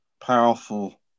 powerful